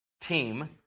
team